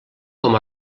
com